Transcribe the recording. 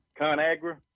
ConAgra